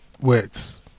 words